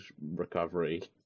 recovery